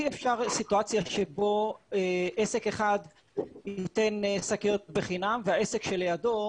לא יכולה להיות סיטואציה שבה עסק אחד נותן שקיות בחינם והעסק שלידו,